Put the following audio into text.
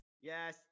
Yes